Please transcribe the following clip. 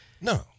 No